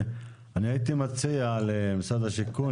אני הייתי מציע למשרד השיכון,